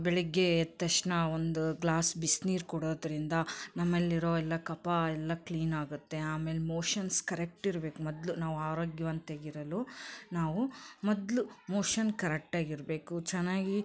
ಬೆಳಿಗ್ಗೆ ಎದ್ದ ತಕ್ಷ್ಣ ಒಂದು ಗ್ಲಾಸ್ ಬಿಸ್ನೀರು ಕುಡ್ಯೋದ್ರಿಂದ ನಮ್ಮಲ್ಲಿರುವ ಎಲ್ಲ ಕಫ ಎಲ್ಲ ಕ್ಲೀನಾಗುತ್ತೆ ಆಮೇಲೆ ಮೋಶನ್ಸ್ ಕರೆಕ್ಟಿರ್ಬೇಕು ಮೊದ್ಲು ನಾವು ಆರೋಗ್ಯವಂತಾಗಿರಲು ನಾವು ಮೊದಲು ಮೋಶನ್ ಕರೆಕ್ಟಾಗಿರಬೇಕು ಚೆನ್ನಾಗಿ